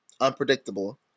Unpredictable